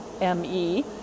M-E